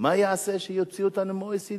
מה יעשה כשיוציאו אותנו מה-OECD?